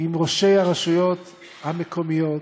עם ראשי הרשויות המקומיות,